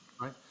Right